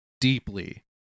deeply